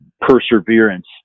perseverance